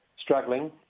Struggling